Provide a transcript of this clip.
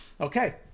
Okay